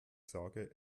sage